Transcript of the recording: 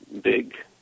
big